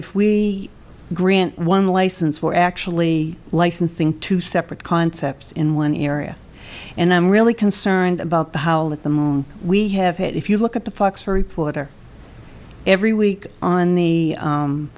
if we grant one license we're actually licensing two separate concepts in one area and i'm really concerned about the how at the moment we have it if you look at the facts for reporter every week on the